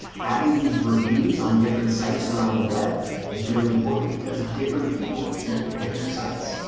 having these reviews on different sites around the web is really important because different people look at different sites.